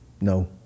No